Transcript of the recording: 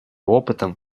опытом